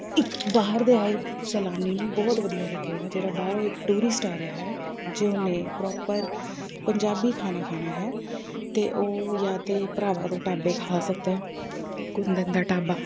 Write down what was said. ਇੱਕ ਬਾਹਰ ਦੇ ਆਏ ਸੈਲਾਨੀ ਨੂੰ ਬਹੁਤ ਵਧੀਆ ਲੱਗੇਗਾ ਜਿਹੜਾ ਬਾਹਰੋਂ ਇੱਕ ਟੂਰਿਸਟ ਆ ਰਿਹਾ ਹੈ ਜੇ ਉਹਨੇ ਪ੍ਰੋਪਰ ਪੰਜਾਬੀ ਖਾਣਾ ਖਾਣਾ ਹੈ ਤਾਂ ਉਹ ਜਾਂ ਤਾਂ ਭਰਾਵਾਂ ਦੇ ਢਾਬੇ ਖਾ ਸਕਦਾ ਹੈ ਕੁੰਦਨ ਦਾ ਢਾਬਾ